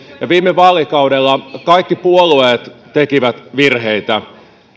viime vaalikaudella kaikki puolueet tekivät virheitä